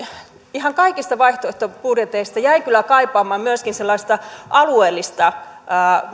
ihan kaikista vaihtoehtobudjeteista jäi kyllä kaipaamaan myöskin sellaista alueellista